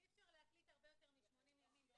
אי אפשר להקליט הרבה יותר מ-80 ימים.